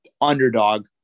underdog